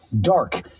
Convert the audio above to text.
dark